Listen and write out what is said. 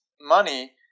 money